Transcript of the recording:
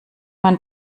man